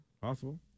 Possible